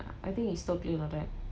I think it's totally my right